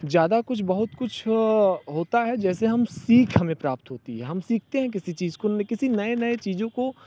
ज़्यादा कुछ बहुत कुछ होता है जैसे हम सीख हमें प्राप्त होती है हम सीखते हैं किसी चीज़ को किसी नए नए चीज़ों को